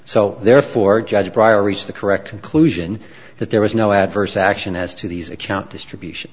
so therefore judge priories the correct conclusion that there was no adverse action as to these account distribution